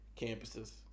campuses